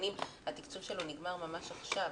התקצוב שלו נגמר ממש עכשיו.